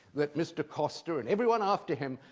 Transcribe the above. that mr. costa, and everyone after him,